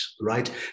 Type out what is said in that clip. right